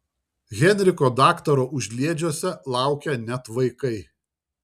henriko daktaro užliedžiuose laukia net vaikai